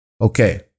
Okay